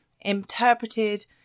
interpreted